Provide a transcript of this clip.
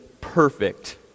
perfect